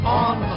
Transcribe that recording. on